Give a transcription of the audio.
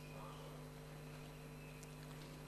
יושב-ראש ועדת החוקה,